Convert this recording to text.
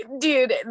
dude